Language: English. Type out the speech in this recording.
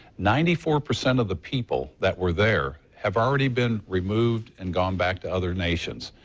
ninety four percent of the people that were there have already been removed and gone back to other nations.